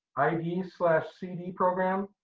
id so ah cd program,